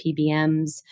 PBMs